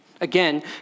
Again